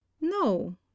no